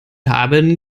haben